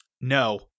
No